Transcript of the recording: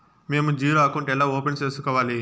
మేము zero account ఎలా open సేసుకోవాలి